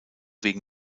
wegen